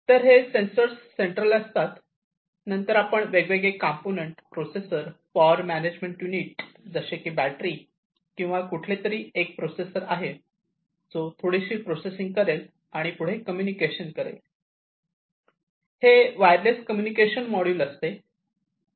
तर हे sensors central असतात नंतर आपण वेगवेगळे components processor power management unit जसे की बॅटरी किंवा कुठलेतरी एक प्रोसेसर आहे जो थोडीशी प्रोसेसिंग करेल आणि पुढे कम्युनिकेशन करेल हे वायरलेस कम्युनिकेशन मॉड्यूल असते